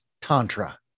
Tantra